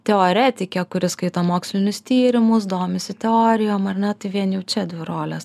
teoretikė kuris skaito mokslinius tyrimus domisi teorijom ar ne tai vien jau čia dvi rolės